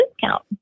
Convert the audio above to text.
discount